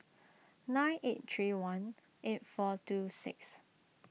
nine eight three one eight four two six